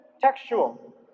textual